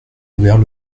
ouvert